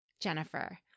Jennifer